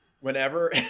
whenever